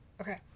Okay